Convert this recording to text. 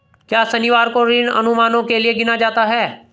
क्या शनिवार को ऋण अनुमानों के लिए गिना जाता है?